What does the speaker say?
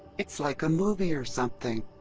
it's like a movie or something.